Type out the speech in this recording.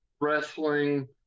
wrestling